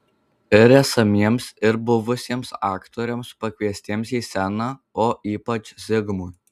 ir esamiems ir buvusiems aktoriams pakviestiems į sceną o ypač zigmui